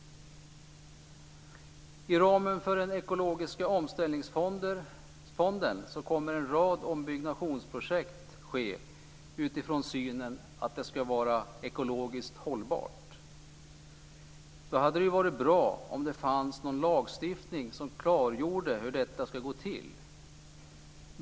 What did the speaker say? Inom ramen för den ekologiska omställningsfonden kommer en rad ombyggnationsprojekt att ske utifrån synen att de skall vara ekologiskt hållbara. Därför hade det varit bra om det hade funnits en lagstiftning som klargjorde hur detta skall gå till.